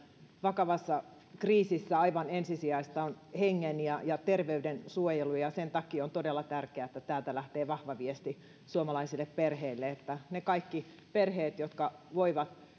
vakavassa kriisissä aivan ensisijaista on hengen ja ja terveyden suojelu ja sen takia on todella tärkeää että täältä lähtee vahva viesti suomalaisille perheille että ne kaikki perheet jotka voivat